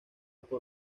por